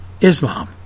Islam